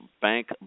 Bank